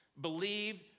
believe